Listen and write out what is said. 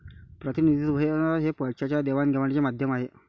प्रतिनिधित्व हे पैशाच्या देवाणघेवाणीचे माध्यम आहे